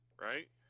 right